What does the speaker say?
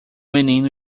menino